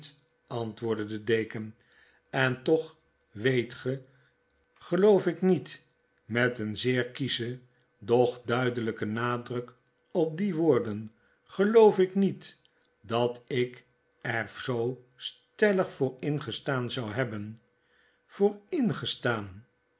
antwoordde de deken en vyt professioneele en onpkofessioneele philanthropie toch weet ge geloof ik niet met een zeer kieschen doch duidelyken nadruk op diewoorden geloof ik niet dat ik er zoo stellig voor ingestaan zou hebben voor